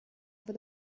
over